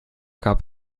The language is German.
gab